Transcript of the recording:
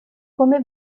come